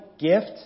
Gift